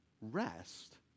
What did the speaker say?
rest